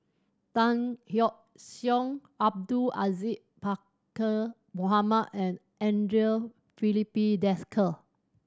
Tan Yeok Seong Abdul Aziz Pakkeer Mohamed and Andre Filipe Desker